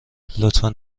لطفا